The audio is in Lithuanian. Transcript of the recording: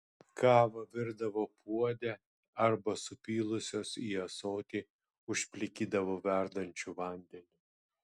kavą virdavo puode arba supylusios į ąsotį užplikydavo verdančiu vandeniu